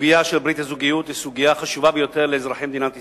הסוגיה של ברית הזוגיות היא סוגיה חשובה ביותר לאזרחי מדינת ישראל.